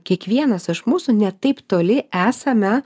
kiekvienas iš mūsų ne taip toli esame